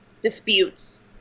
disputes